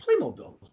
Playmobil